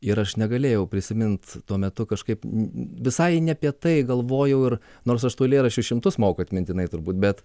ir aš negalėjau prisimint tuo metu kažkaip visai ne apie tai galvojau ir nors aš tų eilėraščių šimtus moku atmintinai turbūt bet